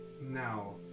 now